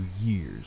years